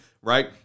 right